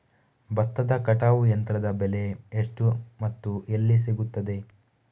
ಭತ್ತದ ಕಟಾವು ಯಂತ್ರದ ಬೆಲೆ ಎಷ್ಟು ಮತ್ತು ಎಲ್ಲಿ ಸಿಗುತ್ತದೆ?